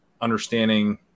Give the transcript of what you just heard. understanding